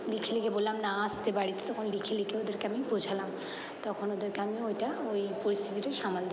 লিখে লিখে বললাম না আসতে বাড়িতে তখন লিখে লিখে ওদেরকে আমি বোঝালাম তখন ওদেরকে আমি ওইটা ওই পরিস্থিতিটা সামাল দিলাম